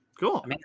Cool